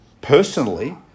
personally